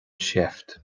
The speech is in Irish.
seift